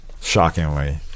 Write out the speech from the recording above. Shockingly